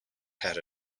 had